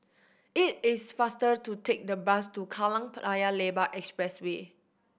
it is faster to take the bus to Kallang Paya Lebar Expressway